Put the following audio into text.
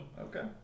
Okay